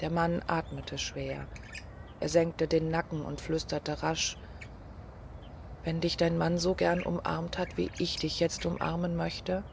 der mann atmete schwer er senkte den nacken und flüsterte rasch wenn dich dein mann so gern umarmt hat wie ich dich jetzt hier umarmen möchte